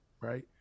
right